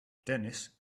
dennis